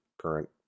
current